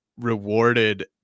rewarded